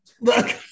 Look